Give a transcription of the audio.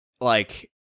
like-